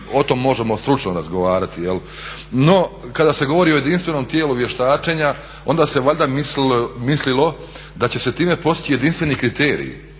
o tom možemo stručno razgovarati. No, kada se govori o jedinstvenom tijelu vještačenja onda se valjda mislilo da će se time postići jedinstveni kriteriji,